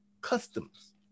customs